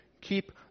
keep